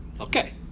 Okay